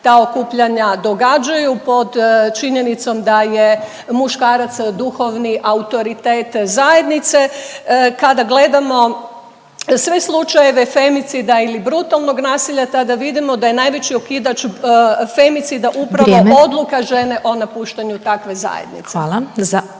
ta okupljanja događaju pod činjenicom da je muškarac duhovni autoritet zajednice. Kada gledamo sve slučajeve femicida ili brutalnog nasilja, tada vidimo da je najveći okidač femicida upravo …/Upadica Glasovac: Vrijeme./… odluka žene o napuštanju takve zajednice.